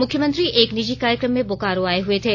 मुख्यमंत्री एक निजी कार्यक्रम में बोकारो आए हुए थे